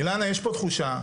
אילנה יש פה תחושה,